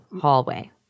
hallway